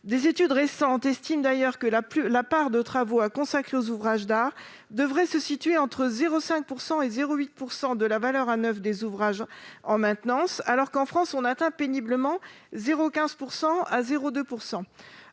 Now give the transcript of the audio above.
Des études récentes estiment d'ailleurs que la part de travaux à consacrer aux ouvrages d'art devrait se situer entre 0,5 % et 0,8 % de la valeur à neuf des ouvrages en maintenance, alors qu'en France on atteint péniblement 0,15 % à 0,2 %.